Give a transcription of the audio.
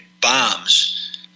bombs